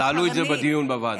תעלו את זה בדיון בוועדה.